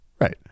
Right